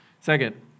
Second